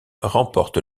remporte